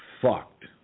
fucked